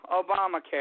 Obamacare